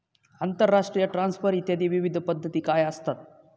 आंतरराष्ट्रीय ट्रान्सफर इत्यादी विविध पद्धती काय असतात?